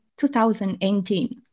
2018